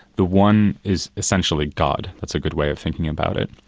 the one is essentially god, that's a good way of thinking about it,